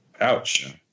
ouch